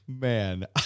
Man